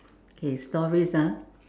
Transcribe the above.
okay stories ah